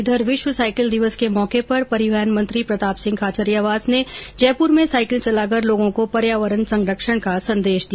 इधर विश्व साईकिल दिवस के मौके पर परिवहन मंत्री प्रतापसिंह खाचरियावास ने जयपुर में साईकिल चलाकर लोगों को पर्यावरण संरक्षण का संदेश दिया